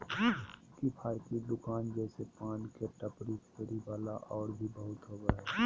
किफ़ायती दुकान जैसे पान के टपरी, फेरी वाला और भी बहुत होबा हइ